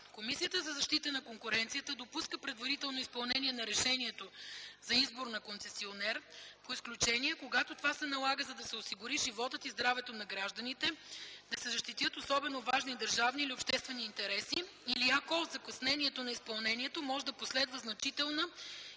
Комисията за защита на конкуренцията допуска предварително изпълнение на решението за избор на концесионер по изключение, когато това се налага, за да се осигури животът и здравето на гражданите, да се защитят особено важни държавни или обществени интереси или ако от закъснението на изпълнението може да последва значителна